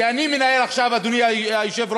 כי אני מנהל עכשיו, אדוני היושב-ראש,